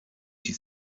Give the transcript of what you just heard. she